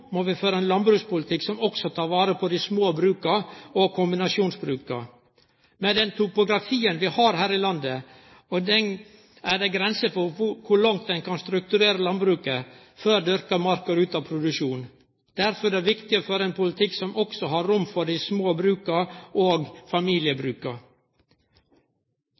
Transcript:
må vi føre ein landbrukspolitikk som også tek vare på dei små bruka og kombinasjonsbruka. Med den topografien vi har her i landet, er det grenser for kor langt ein kan strukturere landbruket før dyrka mark går ut av produksjon. Derfor er det viktig å føre ein politikk som også har rom for dei små bruka og familiebruka.